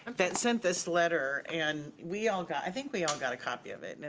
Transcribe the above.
um that sent this letter, and we all got, i think we all got a copy of it, and